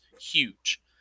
Huge